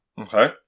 Okay